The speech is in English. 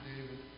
David